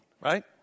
right